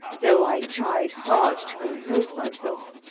though i tried hard to compose myself,